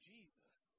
Jesus